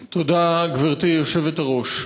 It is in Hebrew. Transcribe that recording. תודה, גברתי היושבת-ראש,